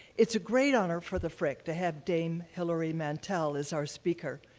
it's a great honor for the frick to have dame hilary mantel as our speaker,